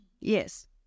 Yes